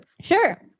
Sure